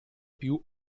più